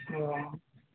অঁ